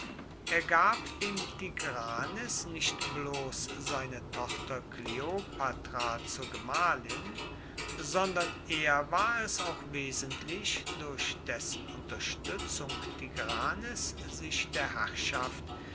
er gab dem tigranes nicht bloß seine tochter kleopatra zur gemahlin sondern er war es auch wesentlich durch dessen unterstützung tigranes sich der herrschaft